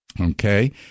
Okay